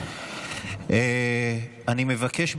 אני מבקש,